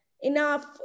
enough